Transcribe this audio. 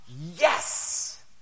yes